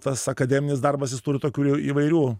tas akademinis darbas jis turi tokių įvairių